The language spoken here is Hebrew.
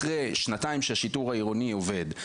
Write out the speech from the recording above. אחרי שנתיים שהשיטור העירוני עובד,